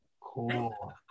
Cool